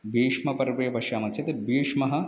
भीष्मपर्वे पश्यामश्चेत् भीष्मः